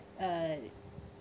uh